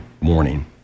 morning